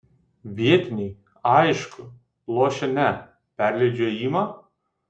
vietiniai aišku lošia ne perleidžiu ėjimą